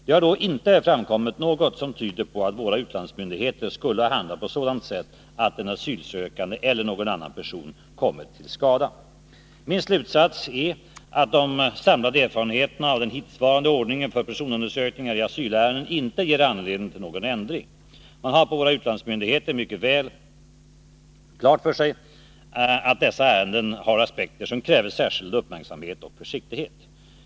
Det har då inte framkommit något som tyder på att våra utlandsmyndigheter skulle ha handlat på sådant sätt att den asylsökande eller någon annan person kommit till skada. Min slutsats är att de samlade erfarenheterna av den hittillsvarande ordningen för personundersökningar i asylärenden inte ger anledning till någon ändring. Man är på våra utlandsmyndigheter mycket väl medveten om att dessa ärenden har aspekter som kräver särskild uppmärksamhet och försiktighet.